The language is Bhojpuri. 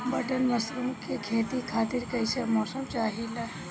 बटन मशरूम के खेती खातिर कईसे मौसम चाहिला?